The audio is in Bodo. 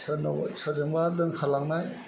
सोरजोंबा दोनखारलांनाय